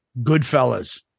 goodfellas